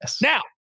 Now